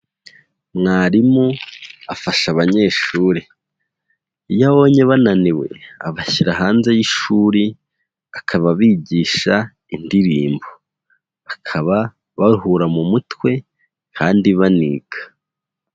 Mwarimu afasha abanyeshuri, iyo abonye bananiwe abashyira hanze y'ishuri akaba abigisha indirimbo, bakaba baruhura mu mutwe kandi baniga.